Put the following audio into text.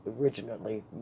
originally